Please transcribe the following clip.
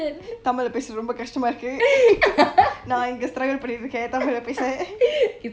தமழ்ல பேசுரதுக்கு ரொம்ப கஸ்டமாக இருக்கு:tamilla pechuratuku romba kachtama iruku நான் இங்க:naa inga struggle பன்னிட்டிருக்கேன் தமிழ்ல பேச:panitirukane tamilla pecha